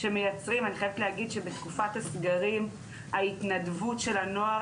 אני חייבת להגיד שבתקופת הסגרים ההתנדבות של הנוער